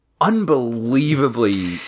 unbelievably